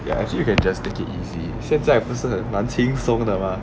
ya actually you can just take it easy 现在不是蛮轻松的吗